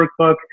workbook